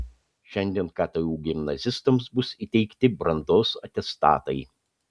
šiandien ktu gimnazistams bus įteikti brandos atestatai